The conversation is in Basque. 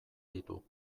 ditu